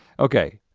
okay,